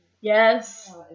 Yes